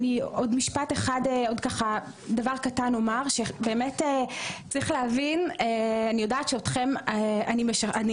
עוד דבר קטן אומר: אני יודעת שאתם קהל